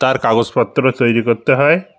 তার কাগজপত্র তৈরি করতে হয়